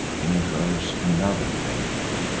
incurs another fate.